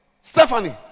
Stephanie